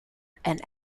and